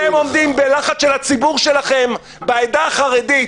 ואתם עומדים בלחץ של הציבור שלכם בעדה החרדית,